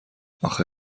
آخه